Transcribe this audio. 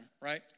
right